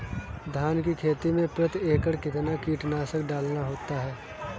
धान की खेती में प्रति एकड़ कितना कीटनाशक डालना होता है?